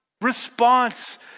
response